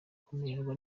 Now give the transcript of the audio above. kumererwa